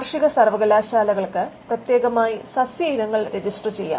കാർഷിക സർവ്വകലാശാലകൾക്ക് പ്രത്യേകമായി സസ്യ ഇനങ്ങൾ രജിസ്റ്റർ ചെയ്യാം